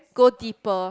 go deeper